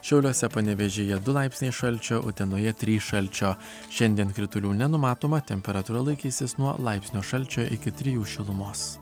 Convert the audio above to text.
šiauliuose panevėžyje du laipsniai šalčio utenoje trys šalčio šiandien kritulių nenumatoma temperatūra laikysis nuo laipsnio šalčio iki trijų šilumos